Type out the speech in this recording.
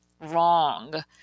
wrong